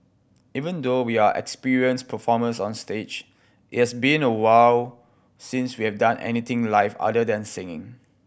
even though we are experienced performers on stage it's been a while since we have done anything live other than singing